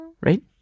Right